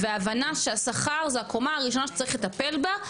וההבנה שהשכר זו הקומה הראשונה שצריך לטפל בה,